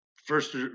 First